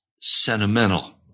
sentimental